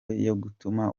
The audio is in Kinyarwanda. yatuma